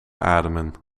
ademen